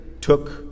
took